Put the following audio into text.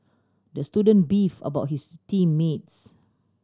the student beef about his team mates